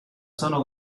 sono